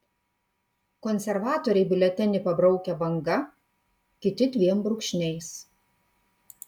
konservatoriai biuletenį pabraukia banga kiti dviem brūkšniais